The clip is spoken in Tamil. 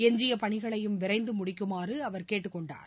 எஞ்சியபணிகளையும் விரைந்தமுடிக்குமாறுஅவர் கேட்டுக் கொண்டார்